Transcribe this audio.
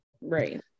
Right